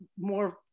more